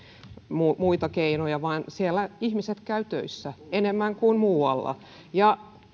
muita keinoja vaan siellä ihmiset käyvät töissä enemmän kuin muualla ja